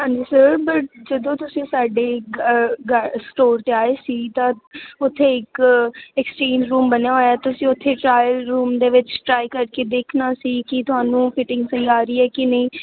ਹਾਂਜੀ ਸਰ ਜਦੋਂ ਤੁਸੀਂ ਸਾਡੇ ਸਟੋਰ 'ਤੇ ਆਏ ਸੀ ਤਾਂ ਉਥੇ ਇੱਕ ਐਕਸਚੇਂਜ ਰੂਮ ਬਣਿਆ ਹੋਇਆ ਤੁਸੀਂ ਉਥੇ ਟ੍ਰਾਇਲ ਰੂਮ ਦੇ ਵਿੱਚ ਟਰਾਈ ਕਰਕੇ ਦੇਖਣਾ ਸੀ ਕਿ ਤੁਹਾਨੂੰ ਫਿਟਿੰਗ ਸਹੀ ਆ ਰਹੀ ਹੈ ਕਿ ਨਹੀਂ